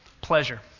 pleasure